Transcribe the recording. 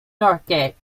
northgate